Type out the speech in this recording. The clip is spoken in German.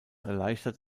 erleichtert